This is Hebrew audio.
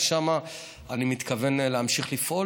ושם אני מתכוון להמשיך לפעול.